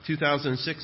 2006